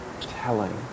telling